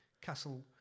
castle